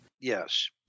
Yes